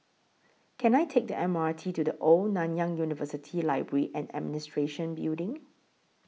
Can I Take The M R T to The Old Nanyang University Library and Administration Building